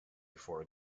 before